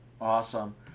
awesome